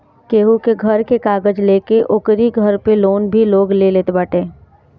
केहू के घर के कागज लेके ओकरी घर पे लोन भी लोग ले लेत बाटे